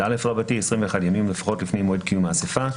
21 ימים לפחות לפני מועד קיום האסיפה,